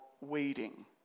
waiting